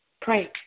Pray